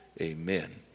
amen